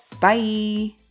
bye